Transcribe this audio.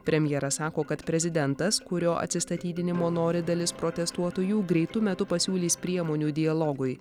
premjeras sako kad prezidentas kurio atsistatydinimo nori dalis protestuotojų greitu metu pasiūlys priemonių dialogui